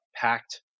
packed